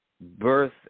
birth